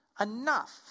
enough